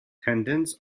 tendons